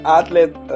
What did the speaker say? athlete